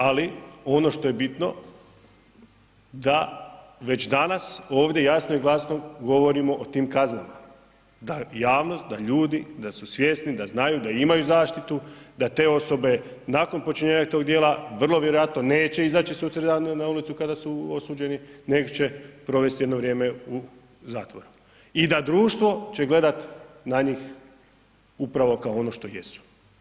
Ali ono što je bitno da već danas ovdje jasno i glasno govorimo o tim kaznama da javnost, da ljudi da su svjesni, da znaju da imaju zaštitu da te osobe nakon počinjenja tog djela vrlo vjerojatno neće izaći sutradan na ulicu kada su osuđeni nego će provesti jedno vrijeme u zatvoru i da će društvo gledati na njih upravo kao ono što jesu.